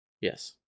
Yes